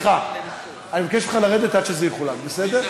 סליחה, אני מבקש ממך לרדת עד שזה יחולק, בסדר?